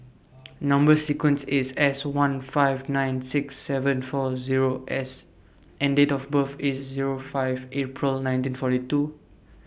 Number sequence IS S one five nine six seven four Zero S and Date of birth IS Zero five April nineteen forty two